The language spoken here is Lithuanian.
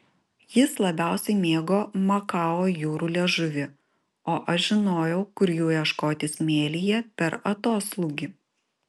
jis labiausiai mėgo makao jūrų liežuvį o aš žinojau kur jų ieškoti smėlyje per atoslūgį